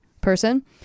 person